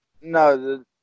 No